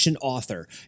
author